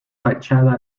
fachada